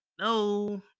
no